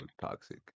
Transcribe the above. toxic